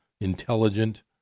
intelligent